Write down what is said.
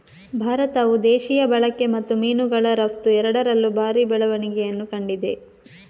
ಭಾರತವು ದೇಶೀಯ ಬಳಕೆ ಮತ್ತು ಮೀನುಗಳ ರಫ್ತು ಎರಡರಲ್ಲೂ ಭಾರಿ ಬೆಳವಣಿಗೆಯನ್ನು ಕಂಡಿದೆ